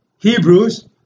Hebrews